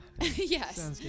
yes